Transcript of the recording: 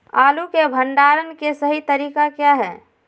आलू के भंडारण के सही तरीका क्या है?